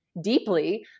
deeply